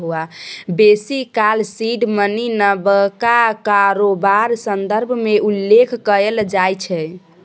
बेसी काल seed money नबका कारोबार संदर्भ मे उल्लेख कएल जाइ छै